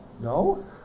No